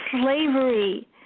slavery